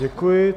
Děkuji.